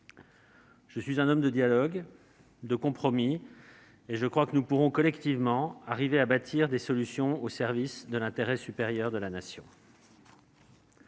Je suis un homme de dialogue et de compromis. Je crois que nous pourrons collectivement parvenir à bâtir des solutions au service de l'intérêt supérieur de la Nation.